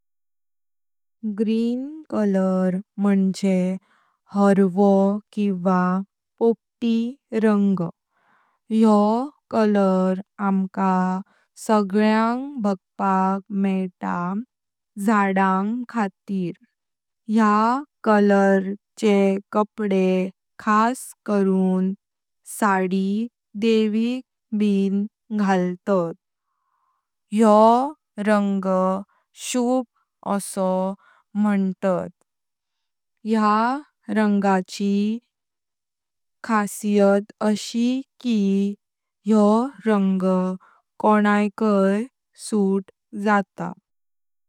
Green colour मुनजे हरवो किवा पोपटी रंग। योह कलर आमका सगळ्याक बगपाक मेइता झाडांग खातीर। या कलर चे कपडे खास करून साडी दिविक बी घालतात। योह रंग शुभ आसो मंतात। या रंगाची खासियत अशी की योह रंग कोणाकाय सूट जात्ता।